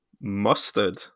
Mustard